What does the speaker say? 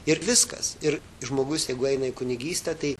ir viskas ir žmogus jeigu eina į kunigystę tai